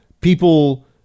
people